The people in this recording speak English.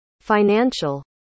Financial